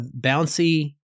bouncy